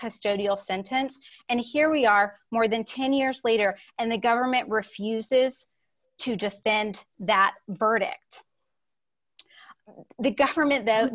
custody all sentenced and here we are more than ten years later and the government refuses to defend that verdict the government though